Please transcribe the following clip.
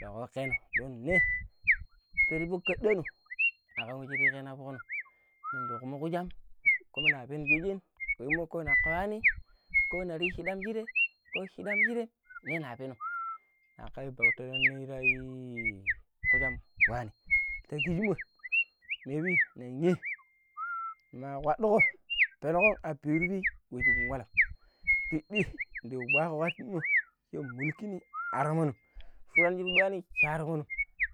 ﻿ni kokeeno don ne fero fok kadaano aganwurijan ka pono nindi kumu kujam kuma na keno shojen wemmo naka yuani, konar yi shidam shirai ko shidan shirai ne na peeno naka yu bauta tanna ta i ku jam waani ta kijimmoi maybe menem ne ma kpadduko pennukin a biru pii we shin wala pidi de wato wo kimo se mulki ni a toddi ndi kpakko kpalti mo mulki ni a tomon